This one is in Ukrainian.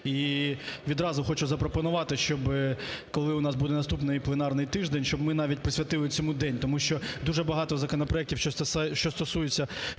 І відразу хочу запропонувати, щоб коли у нас буде наступний пленарний тиждень, щоб ми навіть присвятили цьому день, тому що дуже багато законопроектів, що стосуються фізичної